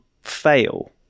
fail